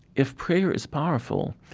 if prayer is powerful,